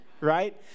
right